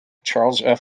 charles